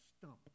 stump